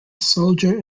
soldier